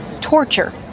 torture